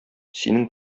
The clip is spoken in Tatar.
синең